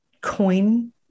coin